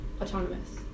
autonomous